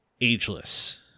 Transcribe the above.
ageless